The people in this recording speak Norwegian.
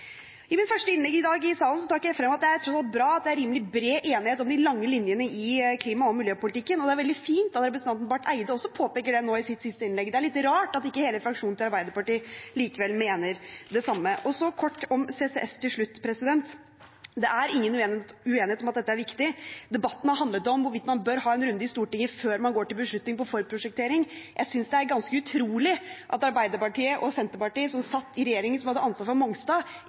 I mitt første innlegg i salen i dag trakk jeg frem at det tross alt er bra at det er rimelig bred enighet om de lange linjene i klima- og miljøpolitikken. Det er veldig fint at representanten Barth Eide også påpeker det nå i sitt siste innlegg, og litt rart at ikke hele fraksjonen til Arbeiderpartiet mener det samme. Til slutt kort om CCS: Det er ingen uenighet om at dette er viktig. Debatten har handlet om hvorvidt man bør ha en runde i Stortinget før man går til beslutning om forprosjektering. Jeg synes det er ganske utrolig at Arbeiderpartiet og Senterpartiet, som satt i regjeringen som hadde ansvaret for Mongstad,